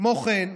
כמו כן,